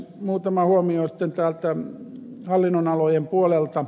muutama huomio hallinnonalojen puolelta